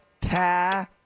ta